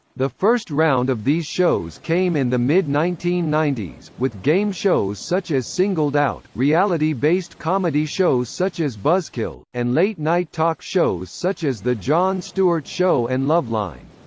the first round of these shows came in the mid nineteen ninety s, with game shows such as singled out, reality-based comedy shows such as buzzkill, and late-night talk shows such as the jon stewart show and loveline.